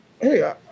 hey